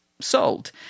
sold